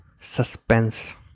suspense